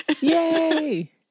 Yay